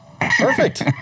Perfect